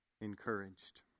encouraged